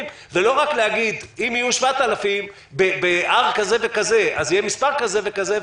ולא רק להגיד שאם יהיו 7,000 ב-R כזה וכזה אז יהיה מספר כזה וכזה,